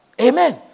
Amen